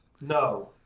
No